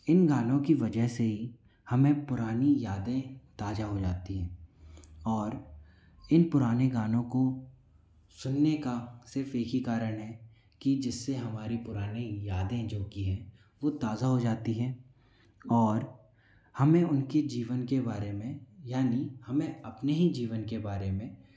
इन गानों की वजह से ही हमें पुरानी यादें ताजा हो जाती है और इन पुराने गानों को सुनने का सिर्फ एक ही कारण है कि जिससे हमारी पुरानी यादें जो की है वो ताजा हो जाती है और हमें उनके जीवन के बारे में यानी हमें अपने ही जीवन के बारे में